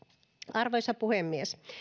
arvoisa puhemies